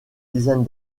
dizaine